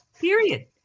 period